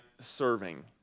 Serving